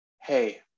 hey